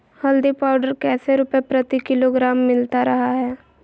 हल्दी पाउडर कैसे रुपए प्रति किलोग्राम मिलता रहा है?